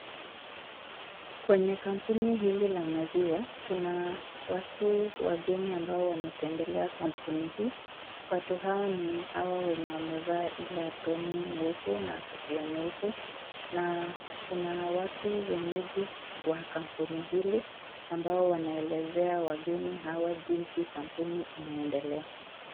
Kwenye kampuni hii ya maziwa kuna watu wageni ambao wametembelea kampuni hii, watu hawa ni hawa wenye wamevaa ile aproni nyeupe na kuna watu wenyeji wa kampuni hili ambao wanaelezea wageni hawa jinzi inaendelea.